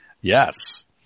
Yes